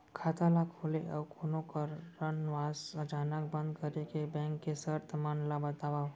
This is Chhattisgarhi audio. खाता ला खोले अऊ कोनो कारनवश अचानक बंद करे के, बैंक के शर्त मन ला बतावव